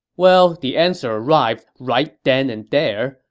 well, the answer arrived right then and there.